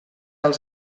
els